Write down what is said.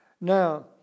Now